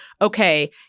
okay